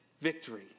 victory